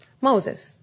Moses